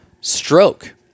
Stroke